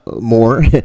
more